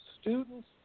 students